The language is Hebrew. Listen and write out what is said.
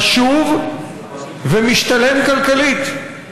חשוב ומשתלם כלכלית.